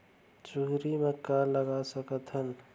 चुहरी म का लगा सकथन?